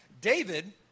David